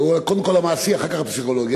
קודם כול המעשי ואחר כך הפסיכולוגי.